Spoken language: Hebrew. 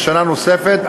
בשנה נוספת,